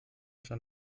schon